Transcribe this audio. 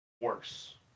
worse